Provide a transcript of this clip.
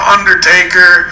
Undertaker